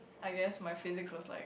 I guess my physics was like